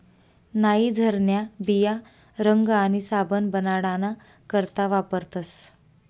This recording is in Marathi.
नाइजरन्या बिया रंग आणि साबण बनाडाना करता वापरतस